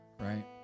right